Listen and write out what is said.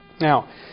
Now